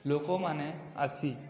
ଲୋକମାନେ ଆସି